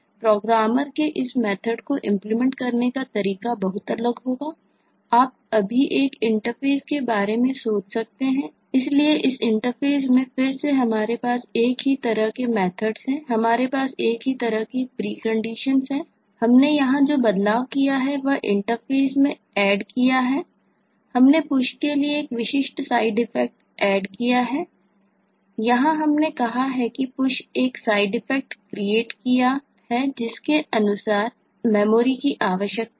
programmer के इस method किया है जिसके अनुसार को मेमोरी की आवश्यकता है